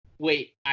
Wait